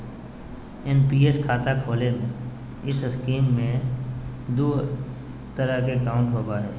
NPS खाता खोले में इस स्कीम में दू तरह के अकाउंट होबो हइ